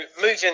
moving